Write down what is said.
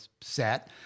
set